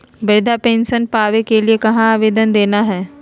वृद्धा पेंसन पावे के लिए कहा आवेदन देना है?